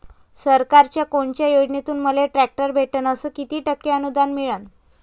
सरकारच्या कोनत्या योजनेतून मले ट्रॅक्टर भेटन अस किती टक्के अनुदान मिळन?